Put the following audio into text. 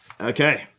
Okay